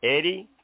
Eddie